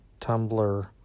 Tumblr